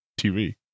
tv